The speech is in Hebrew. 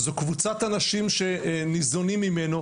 זו קבוצת אנשים שניזונים ממנו.